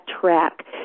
track